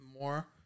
more